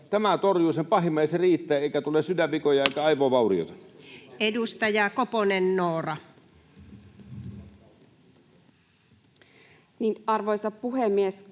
tämä torjuu sen pahimman, ja se riittää, eikä tule sydänvikoja eikä aivovaurioita. Edustaja Koponen, Noora. Arvoisa puhemies!